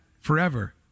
forever